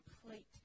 complete